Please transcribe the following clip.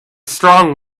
strong